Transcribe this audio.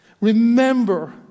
Remember